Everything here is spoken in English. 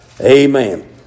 Amen